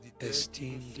esteemed